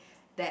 that